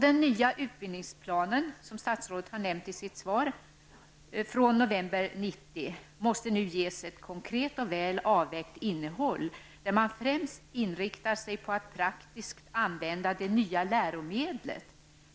Den nya utbildningsplanen från november 1990, som statsrådet nämnde i sitt svar, måste nu ges ett konkret och väl avvägt innehåll där man främst inriktar sig på att praktiskt använda det nya läromedlet.